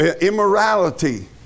immorality